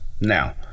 now